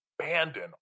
abandon